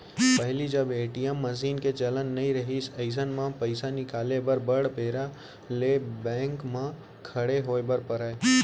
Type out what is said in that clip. पहिली जब ATM machine के चलन नइ रहिस अइसन म पइसा निकाले बर बड़ बेर ले बेंक म खड़े होय बर परय